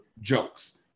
jokes